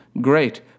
great